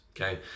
Okay